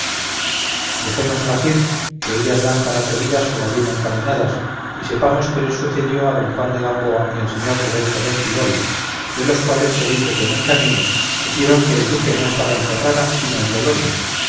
suya dejémoslas ir que ellas van tan atrevidas como bien encaminadas y sepamos qué les sucedió a don juan de gamboa y al señor lorenzo bentibolli de los cuales se dice que en el camino supieron que el duque no estaba en ferrara sino en bolonia